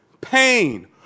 pain